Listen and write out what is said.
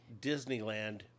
Disneyland